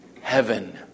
heaven